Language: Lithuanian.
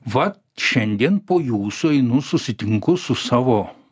vat šiandien po jūsų einu susitinku su savo